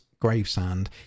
gravesand